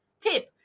tip